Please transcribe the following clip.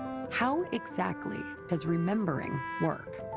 how exactly does remembering work?